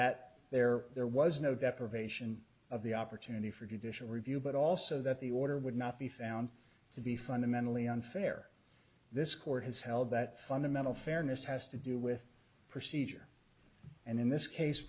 that there there was no deprivation of the opportunity for judicial review but also that the order would not be found to be fundamentally unfair this court has held that fundamental fairness has to do with procedure and in this case